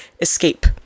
escape